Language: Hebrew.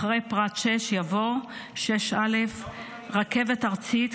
אחרי פרט 6 יבוא: 6א. רכבת ארצית,